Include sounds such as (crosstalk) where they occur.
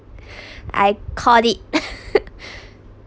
(breath) I caught it (laughs)